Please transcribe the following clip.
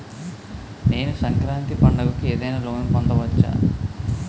నేను సంక్రాంతి పండగ కు ఏదైనా లోన్ పొందవచ్చా?